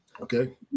Okay